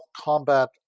combat